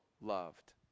loved